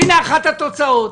והינה אחת התוצאות,